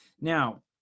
Now